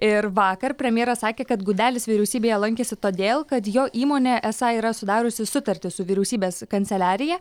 ir vakar premjeras sakė kad gudelis vyriausybėje lankėsi todėl kad jo įmonė esą yra sudariusi sutartį su vyriausybės kanceliarija